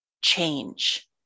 change